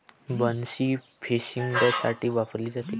बन्सी फिशिंगसाठी वापरली जाते